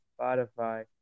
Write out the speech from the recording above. Spotify